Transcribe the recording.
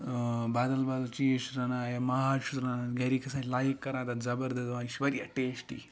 بدل بدل چیٖز چھُس رَنان یا ماز چھُس رَنان گرِکۍ ہسا چھِ لایِک کران تَتھ زَبردست دَپان یہِ چھُ واریاہ ٹیسٹی